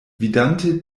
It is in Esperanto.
vidante